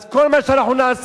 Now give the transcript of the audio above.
אז כל מה שאנחנו נעשה,